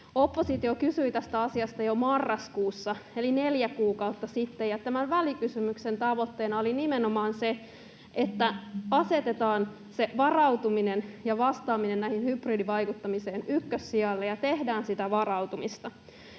Oppositio kysyi tästä asiasta jo marraskuussa eli neljä kuukautta sitten, ja tämän välikysymyksen tavoitteena oli nimenomaan se, että asetetaan se varautuminen ja vastaaminen tähän hybridivaikuttamiseen ykkössijalle ja tehdään sitä varautumista.